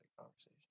conversation